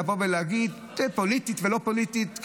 לבוא ולהגיד, פוליטית ולא פוליטית.